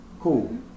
Cool